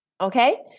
Okay